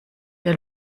der